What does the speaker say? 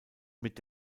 mit